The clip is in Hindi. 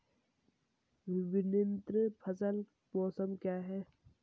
विभिन्न फसल मौसम क्या हैं?